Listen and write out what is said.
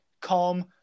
calm